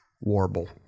Warble